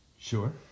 Sure